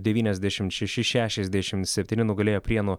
devyniasdešimt šeši šešiasdešimt septyni nugalėjo prienų